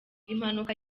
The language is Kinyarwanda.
impanuka